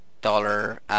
dollar